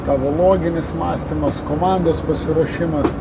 tavo loginis mąstymas komandos pasiruošimas